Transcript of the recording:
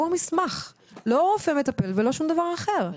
המוסמך ולא רופא מטפל ולא מישהו אחר.